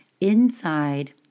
inside